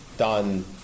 done